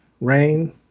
rain